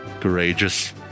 courageous